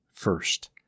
first